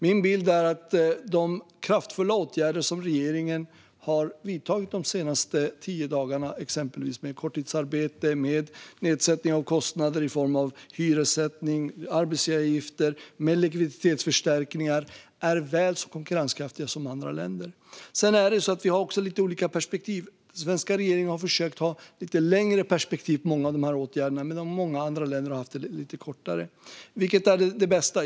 Min bild är att de kraftfulla åtgärder som regeringen har vidtagit de senaste tio dagarna - gällande exempelvis korttidsarbete, nedsättning av kostnader i form av hyressättning och arbetsgivaravgifter samt likviditetsförstärkningar - är väl så konkurrenskraftiga som åtgärderna i andra länder. Vi har också lite olika perspektiv. Den svenska regeringen har försökt att ha ett lite längre perspektiv i många av dessa åtgärder, medan många andra länder har haft ett lite kortare perspektiv. Vilket perspektiv är det bästa?